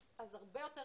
אז הרבה יותר